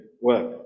work